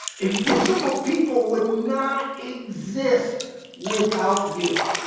invisible people would not exist without you.